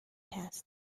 past